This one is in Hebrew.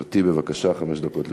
גברתי, בבקשה, חמש דקות לרשותך.